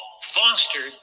fostered